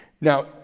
Now